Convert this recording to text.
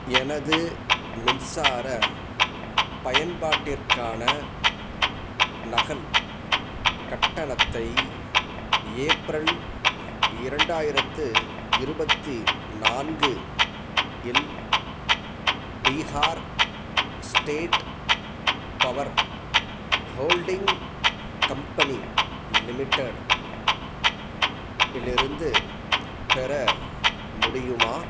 எனது மின்சார பயன்பாட்டிற்கான நகல் கட்டணத்தை ஏப்ரல் இரண்டாயிரத்து இருபத்தி நான்கு இல் Bihar state power holding company limited இலிருந்து பெற முடியுமா